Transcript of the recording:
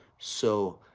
so,